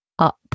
up